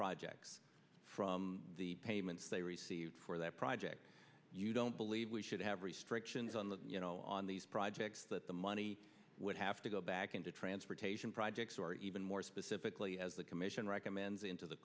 projects from the payments they received for that project you don't believe we should have restrictions on on these projects that the money would have to go back into transportation projects or even more specifically as the commission recommends into the